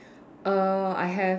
err I have